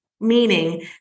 meaning